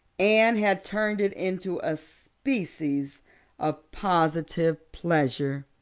anne had turned it into a species of positive pleasure.